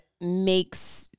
makes